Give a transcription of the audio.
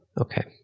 Okay